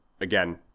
Again